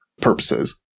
Purposes